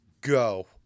go